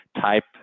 type